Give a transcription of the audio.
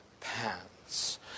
pants